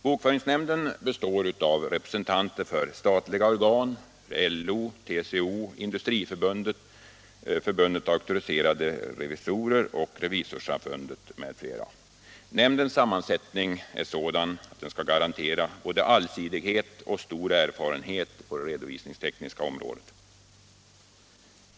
Bokföringsnämnden består av representanter för statliga organ, LO och TCO, Industriförbundet, Föreningen Auktoriserade revisorer och Revisorssamfundet m.fl. Nämndens sammansättning är sådan att den skall garantera både allsidighet och stor erfarenhet från det redovisningstekniska området.